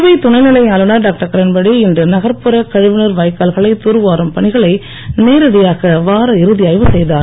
புதுவை துணைநிலை ஆளுநர் டாக்டர் கிரண்பேடி இன்று நகர்ப்புற கழிவுநீர் வாய்க்கால்களை தூர்வாரும் பணிகளை நேரடியாக வாரஇறுதி ஆய்வு செய்தார்